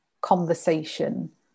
conversation